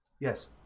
Yes